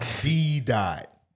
D-Dot